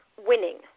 winning